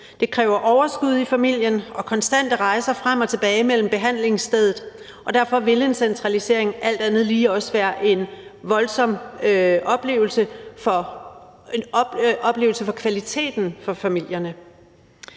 Det kræver overskud i familien og konstante rejser frem og tilbage mellem behandlingssted og hjem, og derfor vil en centralisering alt andet lige også være en voldsom oplevelse for familierne